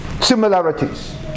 similarities